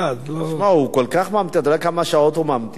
אתה יודע כמה שעות הוא ממתין?